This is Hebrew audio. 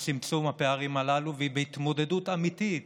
שותפים בצמצום הפערים הללו ובהתמודדות אמיתית